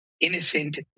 innocent